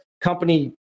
company